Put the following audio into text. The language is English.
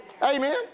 Amen